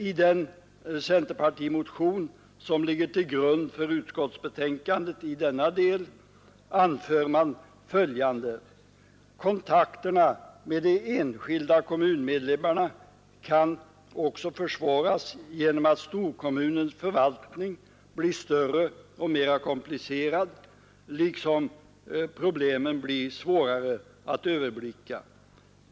I den centerpartimotion som ligger till grund för utskottsbetänkandet i denna del anför man följande: ”Kontakterna med de enskilda kommunmedlemmarna kan också försvåras genom att storkommunernas förvaltning blir större och mera komplicerad liksom problemen blir svårare att överblicka.